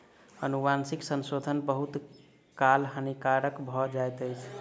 अनुवांशिक संशोधन बहुत काल हानिकारक भ जाइत अछि